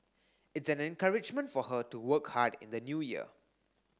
it's an encouragement for her to work hard in the new year